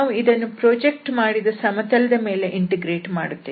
ನಾವು ಇದನ್ನು ಪ್ರಾಜೆಕ್ಟ್ ಮಾಡಿದ ಸಮತಲದ ಮೇಲೆ ಇಂಟಿಗ್ರೇಟ್ ಮಾಡುತ್ತೇವೆ